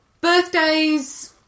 birthdays